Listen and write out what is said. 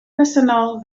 bresennol